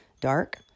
dark